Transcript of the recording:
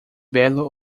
belo